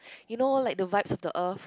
you know like the vibe of the Earth